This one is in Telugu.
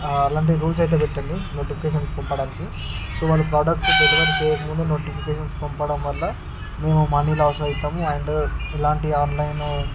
అలాంటి రూల్స్ అయితే పెట్టండి నోటిఫికేషన్ పంపడానికి సో వాళ్ళు ప్రాడక్ట్ డెలివరీ చేయకముందే నోటిఫికేషన్స్ పంపడం వల్ల మేము మనీ లాస్ అవుతాము అండ్ ఇలాంటి ఆన్లైన్